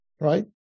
right